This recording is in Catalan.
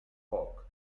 foc